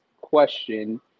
question